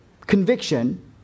conviction